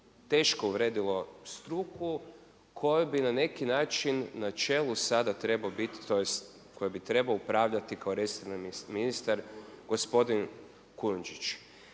teško uvrijedilo struku kojoj bi na neki način na čelu sada trebao biti tj. kojom bi trebao upravljati kao resorni ministar gospodin Kujundžić.